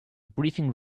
briefing